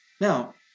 Now